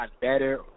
better